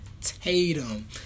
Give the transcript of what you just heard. Tatum